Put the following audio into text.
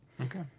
Okay